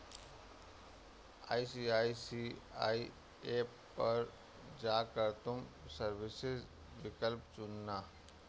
ICICI app पर जा कर तुम सर्विसेस विकल्प चुनना